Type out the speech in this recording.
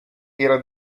era